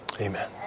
Amen